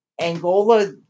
Angola